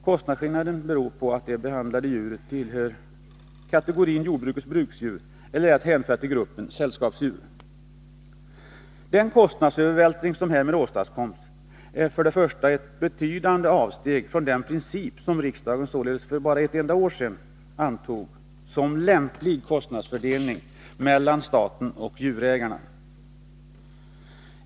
Kostnadsskillnaden beror på om det behandlade djuret tillhör kategorin jordbrukets bruksdjur eller är att hänföra till gruppen sällskapsdjur. Den kostnadsövervältring som härigenom åstadkommes är ett betydande avsteg från den princip om en lämplig kostnadsfördelning mellan staten och djurägaren som riksdagen således för endast ett år sedan antog.